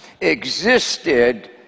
existed